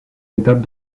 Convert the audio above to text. étapes